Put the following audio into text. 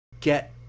get